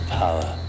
power